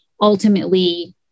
ultimately